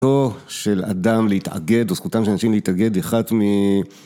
זכותו של אדם להתאגד, או זכותם של אנשים להתאגד, אחד מ...